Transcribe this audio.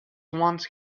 once